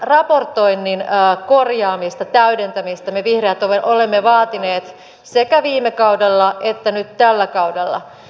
tämän raportoinnin korjaamista täydentämistä me vihreät olemme vaatineet sekä viime kaudella että nyt tällä kaudella